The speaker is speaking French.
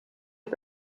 est